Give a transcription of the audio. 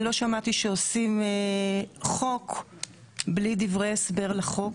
אני לא שמעתי שעושים חוק בלי דברי הסבר לחוק.